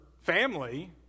family